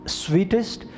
sweetest